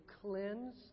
cleanse